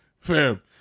fam